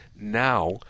now